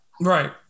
Right